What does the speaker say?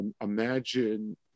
Imagine